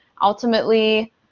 ultimately